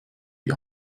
die